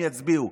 הם יצביעו.